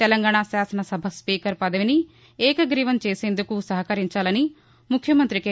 తెలంగాణా శాసన సభ స్పీకర్ పదవిని ఏకగ్రీవం చేసేందుకు సహకరించాలని ముఖ్యమంత్రి కె